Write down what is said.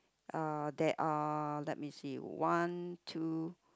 uh there are let me see one two